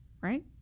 Right